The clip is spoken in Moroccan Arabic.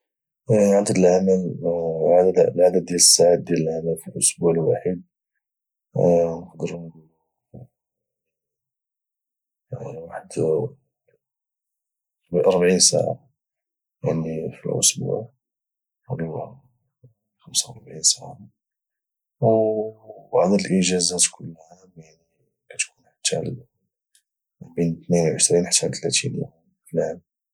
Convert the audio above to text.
العدد ديال الساعات ديال العمل في الاسبوع الواحد قدروا نقولوا يعني 41 ساعه يعني في الاسبوع ولا 45 ساعه هو عدد الاجازات كل عام يعني كاتكون حتى ما بين 22 حتى 30 يوم في العام